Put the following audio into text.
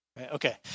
Okay